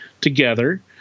together